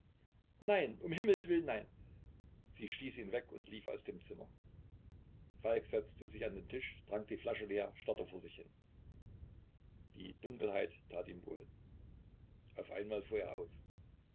nein um himmelswillen nein sie stieß ihn weg und lief aus dem zimmer falk setzte sich an den tisch trank die flasche leer und starrte vor sich hin die dunkelheit tat ihm wohl auf einmal fuhr er auf